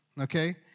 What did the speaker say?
Okay